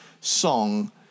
song